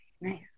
Nice